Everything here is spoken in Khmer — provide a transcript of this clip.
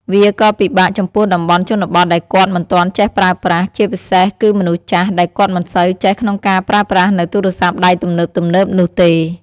វាក៏ពិបាកចំពោះតំបន់ជនបទដែលគាត់មិនទាន់ចេះប្រើប្រាស់ ជាពិសេសគឺមនុស្សចាស់ដែលគាត់មិនសូវចេះក្នុងការប្រើប្រាស់នូវទូរស័ព្ទដៃទំនើបៗនោះទេ។